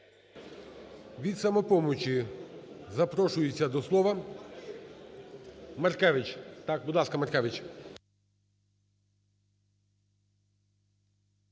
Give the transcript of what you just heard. Від "Самопомочі" запрошується до слова Маркевич.